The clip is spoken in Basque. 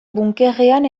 bunkerrean